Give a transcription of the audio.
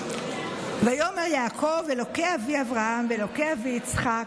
ויאמר יעקב: אלֹהי אבי אברהם ואלֹהי אבי יצחק,